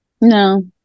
No